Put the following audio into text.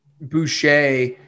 Boucher